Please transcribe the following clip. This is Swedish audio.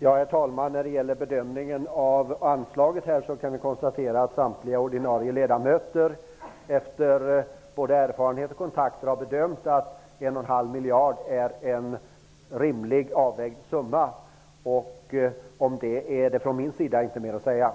Herr talman! När det gäller bedömningen av anslaget kan vi konstatera att samtliga ordinarie ledamöter efter både erfarenheter och kontakter har bedömt att 1,5 miljarder är en rimlig, avvägd summa. Om det har jag inte mer att säga.